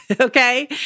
Okay